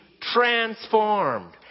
transformed